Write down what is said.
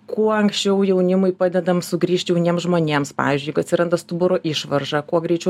kuo anksčiau jaunimui padedam sugrįžt jauniems žmonėms pavyzdžiui kai atsiranda stuburo išvarža kuo greičiau